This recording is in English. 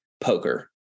poker